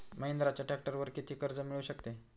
महिंद्राच्या ट्रॅक्टरवर किती कर्ज मिळू शकते?